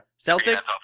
Celtics